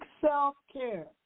self-care